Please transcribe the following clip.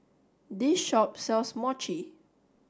this shop sells Mochi